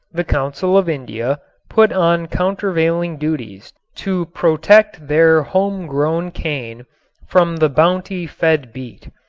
the council of india put on countervailing duties to protect their homegrown cane from the bounty-fed beet.